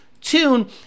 tune